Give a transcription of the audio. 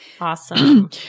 Awesome